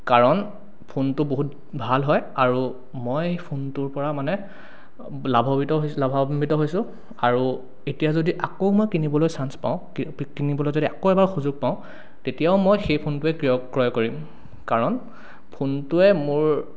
কাৰণ ফোনটো বহুত ভাল হয় আৰু মই ফোনটোৰপৰা মানে লাভৱিত হৈছো লাভান্বিত হৈছোঁ আৰু এতিয়া যদি আকৌ মই কিনিবলৈ চান্স পাঁও কিনিবলৈ যদি আকৌ এবাৰ সুযোগ পাঁও তেতিয়াও মই সেই ফোনটোৱেই ক্ৰয় কৰিম কাৰণ ফোনটোৱে মোৰ